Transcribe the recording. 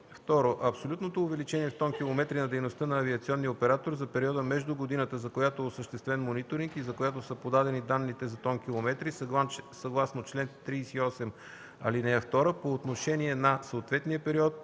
2. абсолютното увеличение в тонкилометри на дейността на авиационния оператор за периода между годината, за която е осъществен мониторинг и за която са подадени данните за тонкилометрите съгласно чл. 38, ал. 2 - по отношение на съответния период